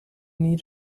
need